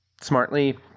smartly